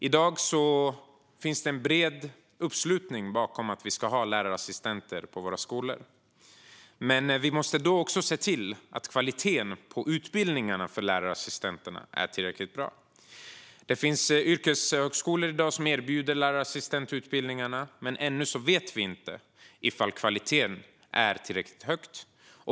I dag finns en bred uppslutning bakom att vi ska ha lärarassistenter på våra skolor, men vi måste också se till att kvaliteten på utbildningarna för lärarassistenterna är tillräckligt bra. Det finns yrkeshögskolor som erbjuder lärarassistentutbildningar, men vi vet ännu inte om kvaliteten är tillräckligt hög.